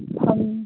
hello